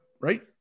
right